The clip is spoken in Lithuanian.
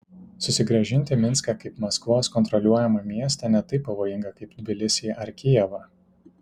susigrąžinti minską kaip maskvos kontroliuojamą miestą ne taip pavojinga kaip tbilisį ar kijevą